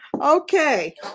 Okay